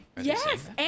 Yes